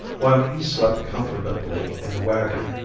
while he slept comfortably in the wagon.